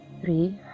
Three